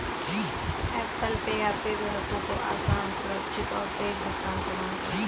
Apple Pay आपके ग्राहकों को आसान, सुरक्षित और तेज़ भुगतान प्रदान करता है